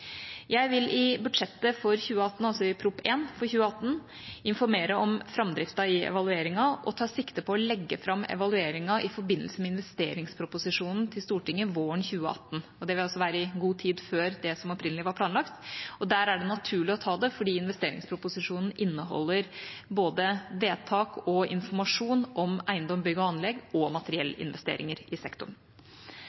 Jeg vil i budsjettet for 2018, Prop. 1 S, informere om framdrifta i evalueringen og tar sikte på å legge fram evalueringen i forbindelse med investeringsproposisjonen til Stortinget våren 2018. Det vil være i god tid før det som opprinnelig var planlagt, og der er det naturlig å ta det fordi investeringsproposisjonen inneholder både vedtak og informasjon om eiendom, bygg og anlegg og